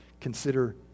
Consider